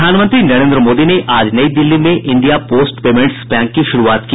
प्रधानमंत्री नरेन्द्र मोदी ने आज नई दिल्ली में इंडिया पोस्ट पेमेंट्स बैंक की शुरूआत की